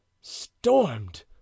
stormed